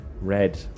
red